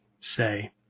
say